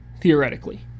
theoretically